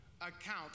account